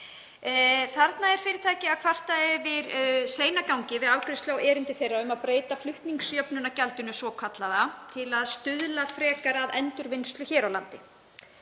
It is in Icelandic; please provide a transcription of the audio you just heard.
kvartar fyrirtækið yfir seinagangi við afgreiðslu á erindi þess um að breyta flutningsjöfnunargjaldinu svokallaða til að stuðla frekar að endurvinnslu hér á landi.